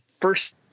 first